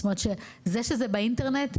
זאת אומרת זה שזה באינטרנט,